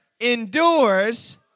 endures